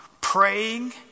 praying